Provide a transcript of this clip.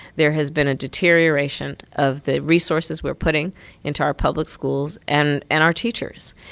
there has been a deterioration of the resources we're putting into our public schools and and our teachers.